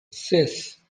ses